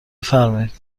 بفرمایید